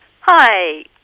Hi